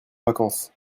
vacances